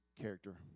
character